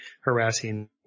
harassing